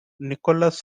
nicholas